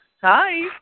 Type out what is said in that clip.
Hi